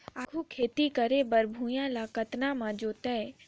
आघु खेती करे बर भुइयां ल कतना म जोतेयं?